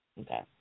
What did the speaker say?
Okay